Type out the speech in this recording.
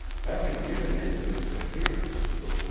having given in his adherence to it,